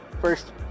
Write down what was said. first